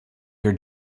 your